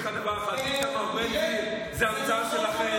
אני אגיד לך דבר אחד: איתמר בן גביר זה המצאה שלכם.